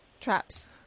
Traps